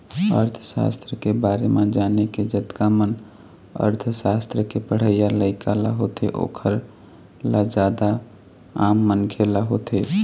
अर्थसास्त्र के बारे म जाने के जतका मन अर्थशास्त्र के पढ़इया लइका ल होथे ओखर ल जादा आम मनखे ल होथे